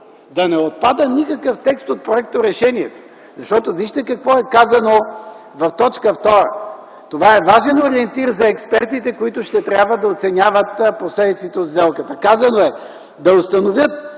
да не отпада никакъв текст от проекторешението, защото вижте какво е казано в т. 2 – „Това е важен ориентир за експертите, които ще трябва да оценяват последиците от сделката”. Казано е: „Да установят